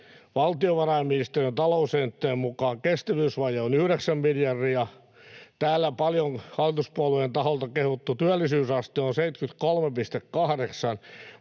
valtiovarainministeriön talousennusteen mukaan kestävyysvaje on yhdeksän miljardia. Täällä paljon hallituspuolueiden taholta kehuttu työllisyysaste on 73,8.